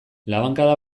labankada